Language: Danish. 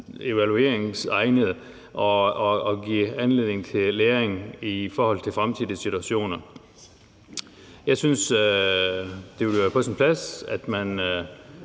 evaluering og give anledning til læring i forhold til fremtidige situationer. Jeg synes, det ville være på sin plads, at man